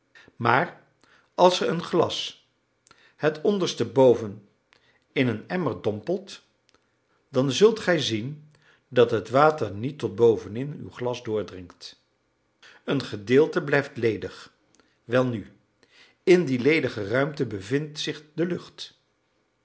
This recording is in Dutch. maar als ge een glas het onderstboven in een emmer dompelt dan zult gij zien dat het water niet tot bovenin uw glas doordringt een gedeelte blijft ledig welnu in die ledige ruimte bevindt zich de lucht